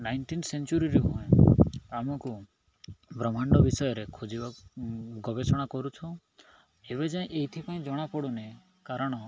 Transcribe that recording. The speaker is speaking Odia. ନାଇନଟିନ୍ ସେଞ୍ଚୁରୀରେ ଆମକୁ ବ୍ରହ୍ମାଣ୍ଡ ବିଷୟରେ ଖୋଜିବା ଗବେଷଣା କରୁଛୁ ଏବେ ଯାଏଁ ଏଇଥିପାଇଁ ଜଣାପଡ଼ୁନି କାରଣ